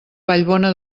vallbona